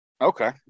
Okay